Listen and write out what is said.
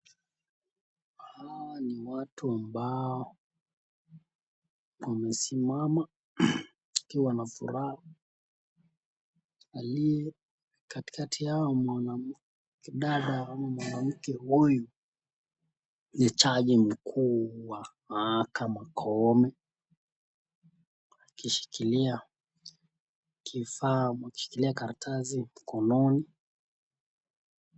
Hawa ni watu ambao wamesimama wakiwa na furaha. Aliye katikati yao, mwanadada ama mwanamke huyu ni jaji mkuu wa mahakama, Koome, akishikilia kifaa ama akishikilia kararasi mkononi.